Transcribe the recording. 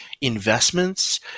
investments